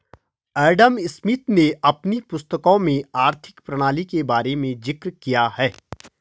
Adam Smith ने अपनी पुस्तकों में आर्थिक प्रणाली के बारे में जिक्र किया है